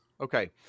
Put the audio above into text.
Okay